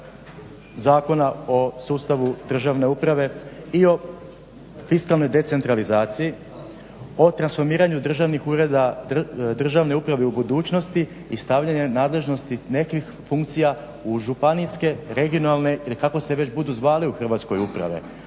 Zakona o sustavu državne uprave i o fiskalnoj decentralizaciji, o transformiranju državnih ureda državne uprave u budućnosti i stavljanja nadležnosti nekih funkcija u županijske, regionalne ili kako se već budu zvali u Hrvatskoj uprave,